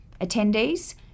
Attendees